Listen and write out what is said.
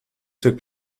took